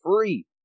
free